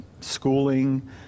schooling